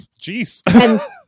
Jeez